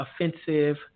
offensive